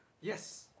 Yes